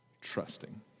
trusting